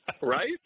Right